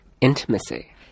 intimacy